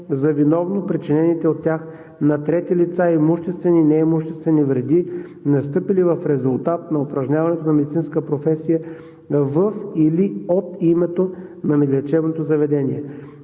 за виновно причинените от тях на трети лица имуществени и неимуществени вреди, настъпили в резултат на упражняването на медицинска професия във или от името на лечебното заведение.